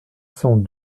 cent